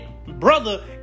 Brother